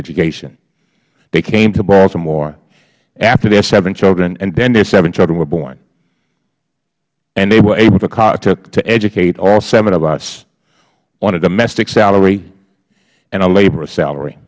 education they came to baltimore after their seven children and then their seven children were born and they were able to educate all seven of us on a domestic's salary and a laborer's salary